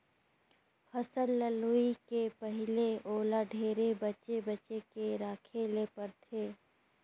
फसल ल लूए के पहिले ओला ढेरे बचे बचे के राखे ले परथे